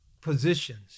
positions